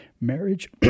Marriage